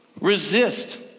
resist